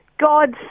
God's